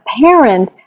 parent